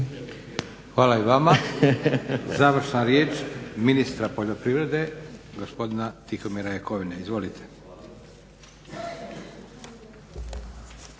Hvala i vama. Završna riječ, ministar poljoprivrede gospodina Tihomira Jakovine. Izvolite.